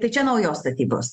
tai čia naujos statybos